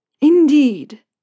Indeed